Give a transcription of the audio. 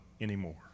anymore